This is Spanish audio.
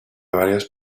varios